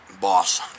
Boss